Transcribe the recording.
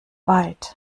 byte